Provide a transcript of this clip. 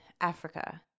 Africa